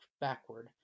backward